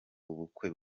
ubukwe